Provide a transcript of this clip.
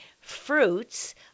fruits